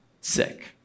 sick